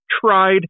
tried